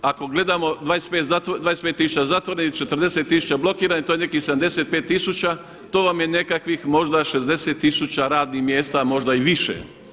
Ako gledamo 25 tisuća zatvorenih, 40 tisuća blokiranih to je nekih 75 tisuća, to vam je nekakvih možda 60 tisuća radnih mjesta, a možda i više.